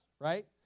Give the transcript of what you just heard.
right